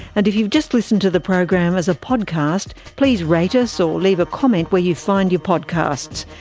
and if you've just listened to the program as a podcast, please rate us or leave a comment where you find your podcasts.